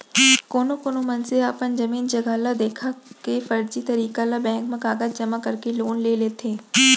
कोनो कोना मनसे ह अपन जमीन जघा ल देखा के फरजी तरीका ले बेंक म कागज जमा करके लोन ले लेथे